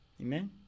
Amen